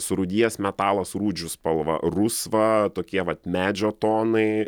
surūdijęs metalas rūdžių spalva rusva tokie vat medžio tonai